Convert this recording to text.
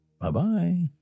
Bye-bye